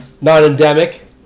non-endemic